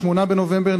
8 בנובמבר,